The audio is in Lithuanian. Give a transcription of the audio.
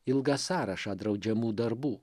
ilgą sąrašą draudžiamų darbų